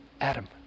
Adam